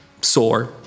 Sore